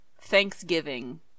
Thanksgiving